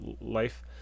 life